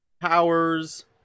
powers